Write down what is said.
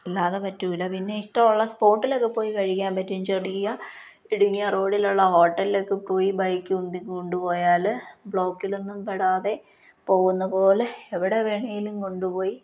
അല്ലാതെ പറ്റില്ല പിന്നെ ഇഷ്ടമുള്ള സ്പോട്ടിലൊക്കെ പോയി കഴിക്കാൻ പറ്റും ചെറിയ ഇടുങ്ങിയ റോഡിലുള്ള ഹോട്ടലിലൊക്കെ പോയി ബൈക്ക് ഉന്തിക്കൊണ്ട് പോയാൽ ബ്ലോക്കിലൊന്നും പെടാതെ പോകുന്ന പോലെ എവിടെ വേണമെങ്കിലും കൊണ്ടുപോയി